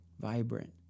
vibrant